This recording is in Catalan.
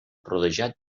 rodejat